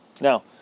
Now